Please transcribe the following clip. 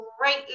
great